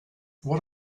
what